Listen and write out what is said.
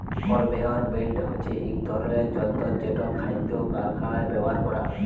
conveyor belt হছে ইক ধরলের যল্তর যেট খাইদ্য কারখালায় ব্যাভার ক্যরা হ্যয়